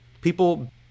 people